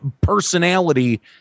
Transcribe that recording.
personality